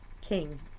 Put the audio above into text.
King